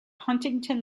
huntington